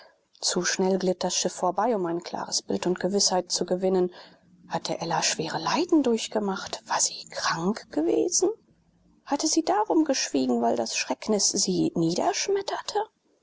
zu schnell glitt das schiff vorbei um ein klares bild und gewißheit zu gewinnen hatte ella schwere leiden durchgemacht war sie krank gewesen hatte sie darum geschwiegen weil das schrecknis sie